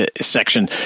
section